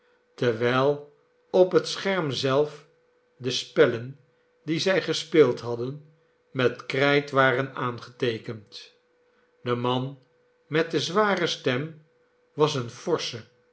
terwijl op het scherm zelf de spellen die zij gespeeld hadden met krijt waren aangeteekend de man met de zware stem was een forsche